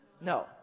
No